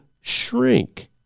shrink